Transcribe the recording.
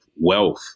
wealth